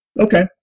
Okay